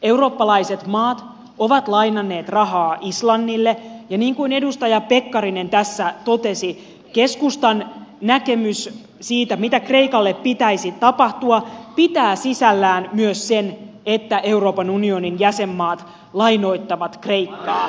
eurooppalaiset maat ovat lainanneet rahaa islannille ja niin kuin edustaja pekkarinen tässä totesi keskustan näkemys siitä mitä kreikalle pitäisi tapahtua pitää sisällään myös sen että euroopan unionin jäsenmaat lainoittavat kreikkaa